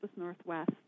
Northwest